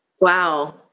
Wow